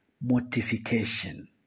Mortification